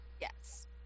Yes